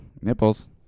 Nipples